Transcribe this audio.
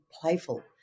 playful